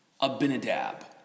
Abinadab